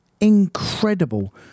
incredible